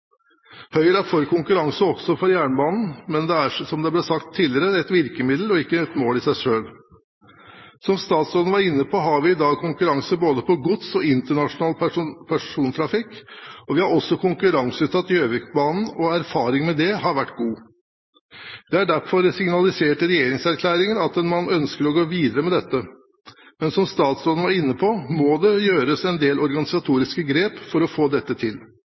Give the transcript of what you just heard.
Høyre er for konkurranse, også for jernbanen, men det er, som det ble sagt tidligere, et virkemiddel og ikke et mål i seg selv. Som statsråden var inne på, har vi i dag konkurranse både på gods og på internasjonal persontrafikk, og vi har også konkurranseutsatt Gjøvikbanen, og erfaringene med det har vært gode. Det er derfor signalisert i regjeringserklæringen at man ønsker å gå videre med dette. Men som statsråden var inne på, må det gjøres en del organisatoriske grep for å få dette til.